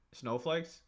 snowflakes